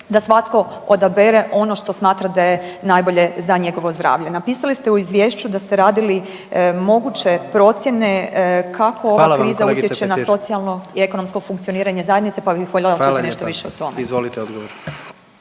da svatko odabere ono što smatra da je najbolje za njegovo zdravlje. Napisali ste u izvješću da ste radili moguće procjene kako ova kriza …/Upadica predsjednik: Hvala vam kolegice Petir./… utječe na socijalno i ekonomsko funkcioniranje zajednice pa bih volje čuti nešto više o tome.